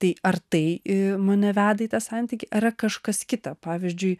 tai ar tai mane veda į tą santykį ar yra kažkas kita pavyzdžiui